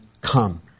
come